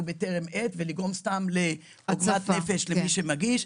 בטרם עת ונגרום סתם לעוגמת נפש למי שמגיש.